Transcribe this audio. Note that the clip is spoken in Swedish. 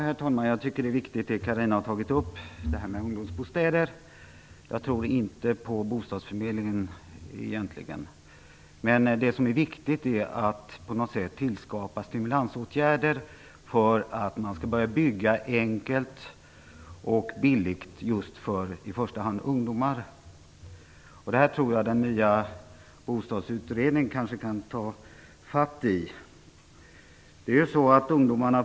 Herr talman! Det som Carina Moberg tog upp om ungdomsbostäder var riktigt. Jag tror egentligen inte på bostadsförmedlingen. Det som är viktigt är att tillskapa stimulansåtgärder för att man skall bygga enkelt och billigt för i första hand ungdomar. Det här tror jag att den nya bostadsutredningen kan ta tag i.